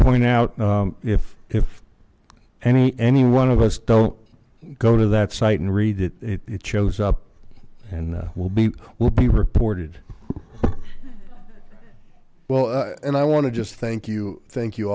point out if any any one of us don't go to that site and read it it shows up and will be will be reported well and i want to just thank you thank you